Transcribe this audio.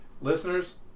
Listeners